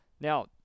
Now